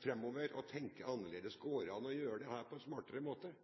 framover og tenke annerledes: Går det an å gjøre dette på en smartere måte?